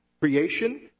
creation